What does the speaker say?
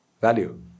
value